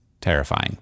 terrifying